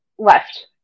Left